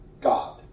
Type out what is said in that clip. God